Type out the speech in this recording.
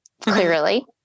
clearly